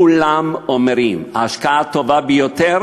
כולם אומרים, ההשקעה הטובה ביותר